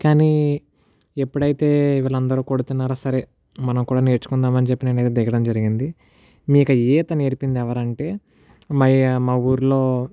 కానీ ఎప్పుడైతే వీళ్ళందరూ కొడుతున్నారో సరే మనం కూడా నేర్చుకుందాం అని చెప్పి నేను అయితే దిగడం జరిగింది మీకు ఈత నేర్పింది ఎవరంటే మా ఊరిలో